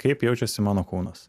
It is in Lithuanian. kaip jaučiasi mano kūnas